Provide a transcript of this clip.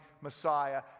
Messiah